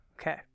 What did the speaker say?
Okay